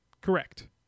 Correct